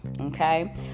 Okay